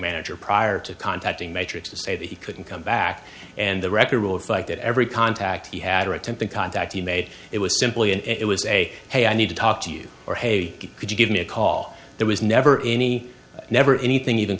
manager prior to contacting matrix to say that he couldn't come back and the record reflect that every contact he had or attempting contact he made it was simply and it was a hey i need to talk to you or hey could you give me a call there was never any never anything even